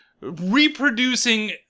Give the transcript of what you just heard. reproducing